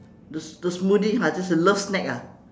the the smoothie ah just a love snack ah